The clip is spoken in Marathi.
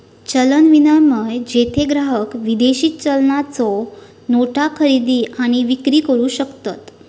चलन विनिमय, जेथे ग्राहक विदेशी चलनाच्यो नोटा खरेदी आणि विक्री करू शकतत